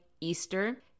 Easter